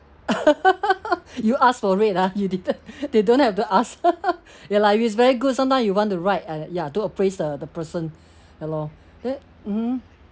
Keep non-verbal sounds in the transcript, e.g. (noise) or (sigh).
(laughs) you ask for it lah you didn't they have to ask (laughs) ya lah it's very good sometime you want to write uh ya to appraise the the person ya lor there mmhmm